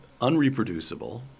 unreproducible